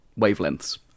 wavelengths